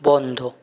বন্ধ